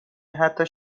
حتی